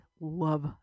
love